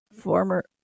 former